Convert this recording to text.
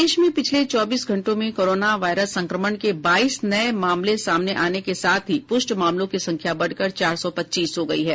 प्रदेश में पिछले चौबीस घंटे में कोरोना वायरस संक्रमण के बाईस नये मामले सामने आने के साथ ही पुष्ट मामलों की संख्या बढ़कर चार सौ पच्चीस हो गयी है